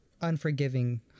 unforgiving